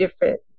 different